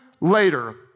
later